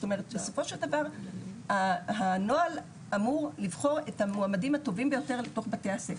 בסופו של דבר הנוהל אמור לבחור את המועמדים הטובים ביותר לתוך בתי הספר.